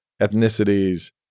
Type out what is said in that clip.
ethnicities